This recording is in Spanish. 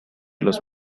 los